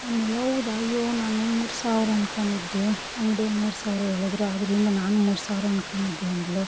ಆಮೇಲೆ ಹೌದಾ ಅಯ್ಯೋ ನಾನು ಮೂರು ಸಾವಿರ ಅಂದ್ಕೊಂಡಿದ್ದೆ ಅಂಗಡಿಯಲ್ಲಿ ಮೂರು ಸಾವಿರ ಹೇಳಿದ್ರು ಆದ್ದರಿಂದ ನಾನು ಮೂರು ಸಾವಿರ ಅಂದ್ಕೊಂಡಿದ್ದೆ ಅಂದಳು